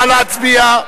נא להצביע.